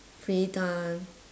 free time